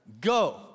go